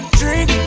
drink